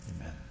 Amen